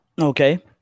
Okay